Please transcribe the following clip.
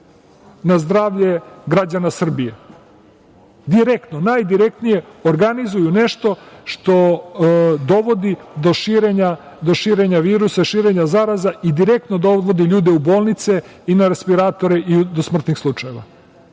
na zdravlje građana Srbije, direktno, najdirektnije organizuju nešto što dovodi do širenja virusa, širenja zaraze i direktno dovodi ljude u bolnice i na respiratore i do smrtnih slučajeva.